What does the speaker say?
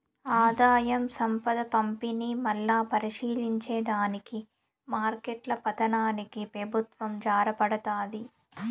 ఆదాయం, సంపద పంపిణీ, మల్లా పరిశీలించే దానికి మార్కెట్ల పతనానికి పెబుత్వం జారబడతాది